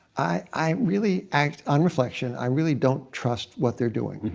i really act on reflection, i really don't trust what they're doing,